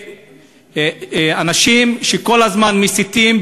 אנשים שכל הזמן מסיתים,